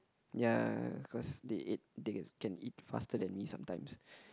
ya cause they eat they can eat faster than me sometimes